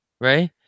right